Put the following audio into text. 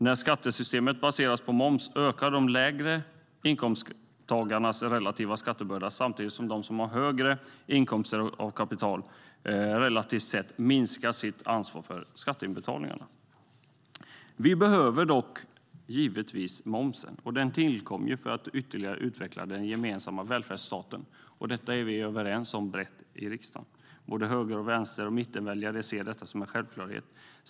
När skattesystemet baseras på moms ökar den relativa skattebördan för inkomsttagare med lägre inkomster, samtidigt som de som har högre inkomster och kapital relativt sett minskar sitt ansvar för skatteinbetalningarna. Vi behöver dock givetvis momsen, och den tillkom för att ytterligare utveckla den gemensamma välfärdsstaten. Detta är vi överens om brett i riksdagen. Höger, vänster och mittenväljare ser detta som en självklarhet.